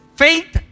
faith